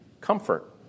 comfort